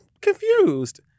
confused